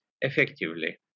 effectively